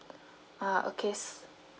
ah okay s~